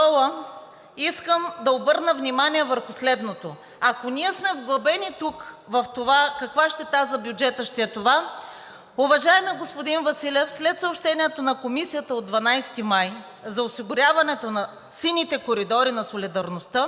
искам да обърна внимание върху следното: ако ние сме вглъбени тук в това каква щета за бюджета ще е това, уважаеми господин Василев, след съобщението на Комисията от 12 май за осигуряването на сините коридори на солидарността